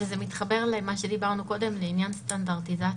זה מתחבר למה שדיברנו קודם, לעניין סטנדרטיזציה.